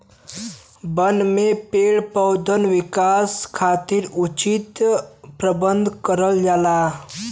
बन में पेड़ पउधन विकास खातिर उचित प्रबंध करल जाला